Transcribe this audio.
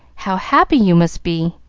how happy you must be!